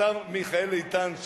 השר מיכאל איתן,